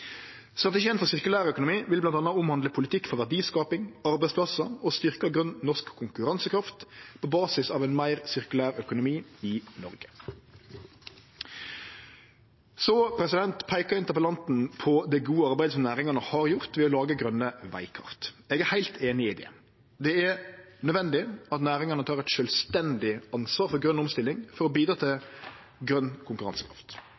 for sirkulærøkonomi vil bl.a. omhandle politikk for verdiskaping, arbeidsplassar og å styrkje grøn norsk konkurransekraft på basis av ein meir sirkulær økonomi i Noreg. Så peiker interpellanten på det gode arbeidet som næringane har gjort ved å lage grøne vegkart. Eg er heilt einig i det. Det er nødvendig at næringane tek eit sjølvstendig ansvar for grøn omstilling for å bidra til grøn konkurransekraft.